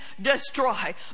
destroy